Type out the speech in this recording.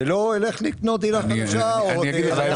ולא אלך לקנות דירה חדשה --- אני אגיד לך איפה